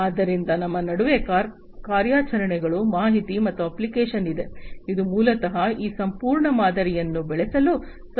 ಆದ್ದರಿಂದ ನಮ್ಮ ನಡುವೆ ಕಾರ್ಯಾಚರಣೆಗಳು ಮಾಹಿತಿ ಮತ್ತು ಅಪ್ಲಿಕೇಶನ್ ಇದೆ ಇದು ಮೂಲತಃ ಈ ಸಂಪೂರ್ಣ ಮಾದರಿಯನ್ನು ಬೆಳೆಸಲು ಸಹಾಯ ಮಾಡುತ್ತದೆ